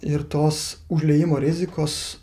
ir tos užliejimo rizikos